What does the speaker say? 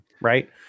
Right